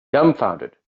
dumbfounded